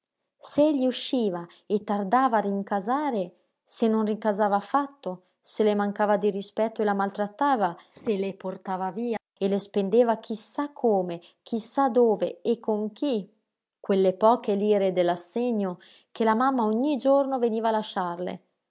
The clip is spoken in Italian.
se egli usciva e tardava a rincasare se non rincasava affatto se le mancava di rispetto e la maltrattava se le portava via e le spendeva chi sa come chi sa dove e con chi quelle poche lire dell'assegno che la mamma ogni giorno veniva a lasciarle